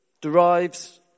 derives